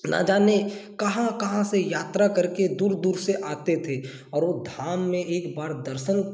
ना जाने कहाँ कहाँ से यात्रा करके दूर दूर से आते थे और वो धाम में एक बार दर्शन